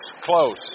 close